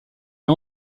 est